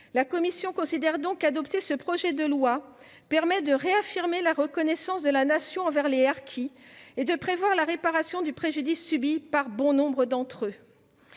La commission estime donc qu'adopter ce projet de loi permet de réaffirmer la reconnaissance de la Nation envers les harkis et de prévoir la réparation du préjudice subi par bon nombre d'entre eux.